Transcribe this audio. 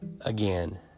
again